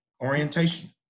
orientation